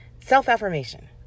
Self-affirmation